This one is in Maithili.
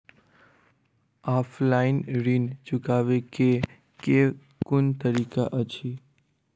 ऑफलाइन ऋण चुकाबै केँ केँ कुन तरीका अछि?